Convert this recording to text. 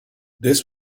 this